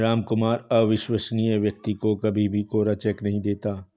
रामकुमार अविश्वसनीय व्यक्ति को कभी भी कोरा चेक नहीं देता